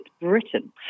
Britain